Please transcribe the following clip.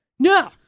No